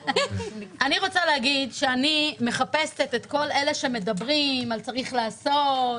אני רוצה להגיד שאני מחפשת את כל אלה שמדברים על צריך לעשות,